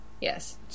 Yes